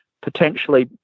potentially